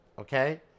okay